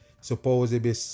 supposedly